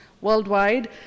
worldwide